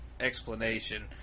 explanation